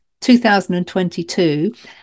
2022